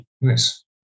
Nice